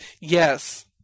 Yes